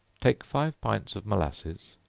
take five pints of molasses,